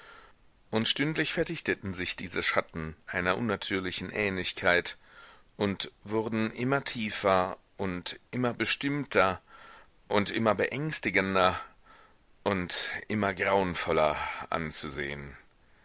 und stündlich verdichteten sich diese schatten einer unnatürlichen ähnlichkeit und wurden immer tiefer und immer bestimmter und immer beängstigender und immer grauenvoller anzusehen